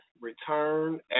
return